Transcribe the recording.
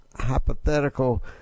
hypothetical